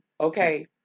okay